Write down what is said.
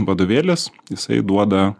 vadovėlis jisai duoda